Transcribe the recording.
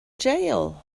jail